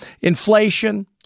Inflation